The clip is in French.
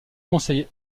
conseil